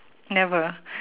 never